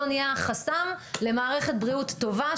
אנחנו לעולם לא נהיה החסם למערכת בריאות טובה,